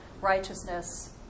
righteousness